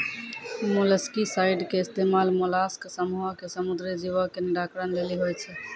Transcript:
molluscicide के इस्तेमाल mollusc समूहो के समुद्री जीवो के निराकरण लेली होय छै